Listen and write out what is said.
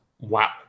Wow